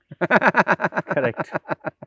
Correct